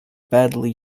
badly